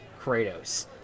Kratos